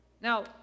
Now